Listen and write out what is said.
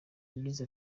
yagize